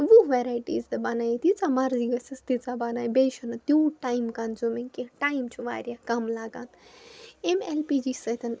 وُہ وٮ۪رایٹیٖز تہِ بَنٲیِتھ ییٖژاہ مَرضی گژھٮ۪س تیٖژاہ بَناے بیٚیہِ چھُنہٕ تیوٗت ٹایِم کَنزیوٗمِنٛگ کیٚنٛہہ ٹایِم چھُ واریاہ کَم لَگان اَمہِ اٮ۪ل پی جی سۭتۍ